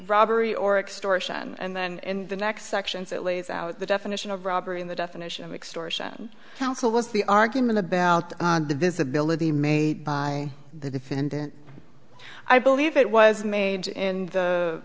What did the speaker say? robbery or extortion and then in the next sections it lays out the definition of robbery and the definition of extortion counsel was the argument about the visibility made by the defendant i believe it was made in the